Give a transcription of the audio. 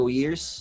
years